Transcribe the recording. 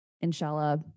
Inshallah